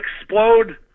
explode